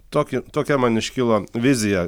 tokį tokia man iškilo vizija